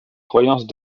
croyances